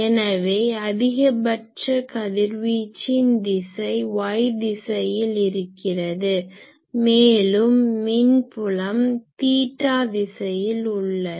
எனவே அதிகபட்ச கதிர்வீச்சின் திசை y திசையில் இருக்கிறது மேலும் மின்புலம் தீட்டா திசையில் உள்ளது